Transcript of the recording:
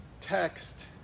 text